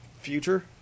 future